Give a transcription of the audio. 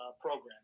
program